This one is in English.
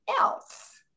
else